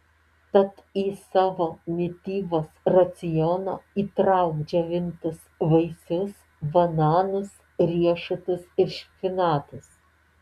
tad į savo mitybos racioną įtrauk džiovintus vaisius bananus riešutus ir špinatus